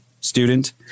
student